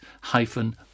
hyphen